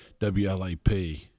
WLAP